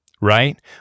Right